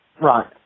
right